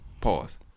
Pause